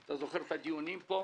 אתה זוכר את הדיונים פה.